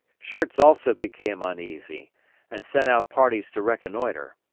schurz also became uneasy and sent out parties to reconnoitre.